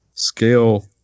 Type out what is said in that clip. scale